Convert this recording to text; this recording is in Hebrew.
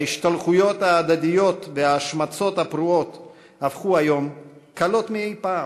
ההשתלחויות ההדדיות וההשמצות הפרועות הפכו היום קלות מאי-פעם.